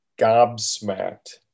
gobsmacked